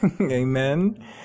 Amen